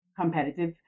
competitive